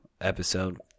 episode